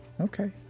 Okay